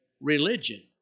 religion